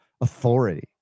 authority